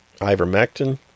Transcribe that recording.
Ivermectin